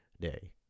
day